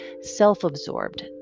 self-absorbed